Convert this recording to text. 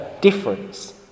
difference